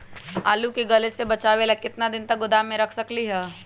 आलू के गले से बचाबे ला कितना दिन तक गोदाम में रख सकली ह?